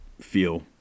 feel